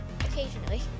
Occasionally